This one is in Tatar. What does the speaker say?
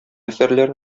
әсәрләр